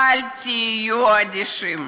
אל תהיו אדישים.